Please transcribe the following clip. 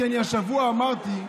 כי השבוע אני אמרתי,